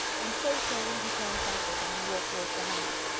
and so saying, he turned back with them, and walked towards the house.